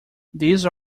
these